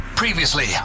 Previously